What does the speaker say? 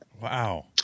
wow